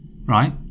Right